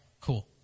Cool